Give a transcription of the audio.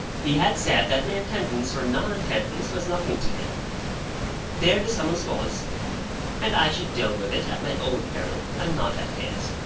he had said that my attendance or non-attendance was nothing to him there the summons was and i should deal with it at my own peril, and not at his.